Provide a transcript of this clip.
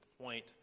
point